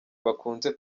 bakunze